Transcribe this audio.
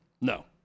No